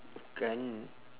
bukan